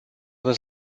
was